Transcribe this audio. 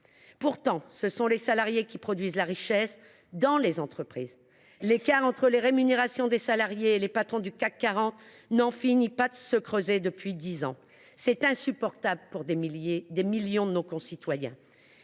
Pourtant ce sont les salariés qui produisent la richesse dans les entreprises ! L’écart entre les rémunérations des salariés et des patrons du CAC 40 n’en finit pas de se creuser depuis dix ans. Cette situation est insupportable pour des millions de nos concitoyens.